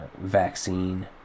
vaccine